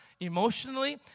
emotionally